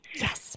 Yes